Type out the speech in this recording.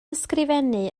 ysgrifennu